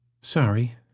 Sorry